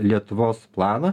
lietuvos planą